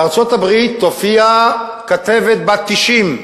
בארצות-הברית הופיעה כתבת בת 90,